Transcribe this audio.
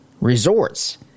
resorts